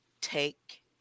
take